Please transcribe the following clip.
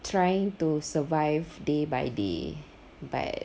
trying to survive day by day but